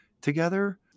together